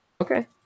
Okay